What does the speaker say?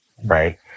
Right